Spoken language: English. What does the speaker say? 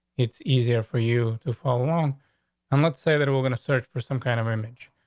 it's easier for you to follow on and let's say that we're gonna search for some kind of image.